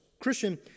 Christian